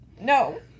No